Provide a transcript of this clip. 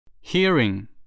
Hearing